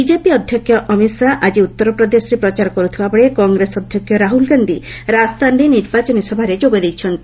BJP ଅଧ୍ୟକ୍ଷ ଅମିତ୍ ଶାହା ଆଜି ଉତ୍ତର ପ୍ରଦେଶରେ ପ୍ରଚାର କର୍ଥିବାବେଳେ କଂଗ୍ରେସ ଅଧ୍ୟକ୍ଷ ରାହୁଲ୍ ଗାନ୍ଧି ରାଜସ୍ଥାନରେ ନିର୍ବାଚନୀ ସଭାରେ ଯୋଗ ଦେଇଛନ୍ତି